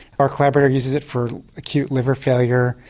our collaborator uses it for acute liver failure,